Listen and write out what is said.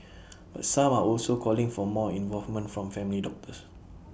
but some are also calling for more involvement from family doctors